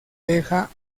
deja